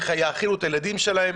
איך יאכילו את הילדים שלהם,